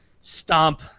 stomp